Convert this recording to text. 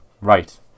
Right